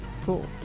Cool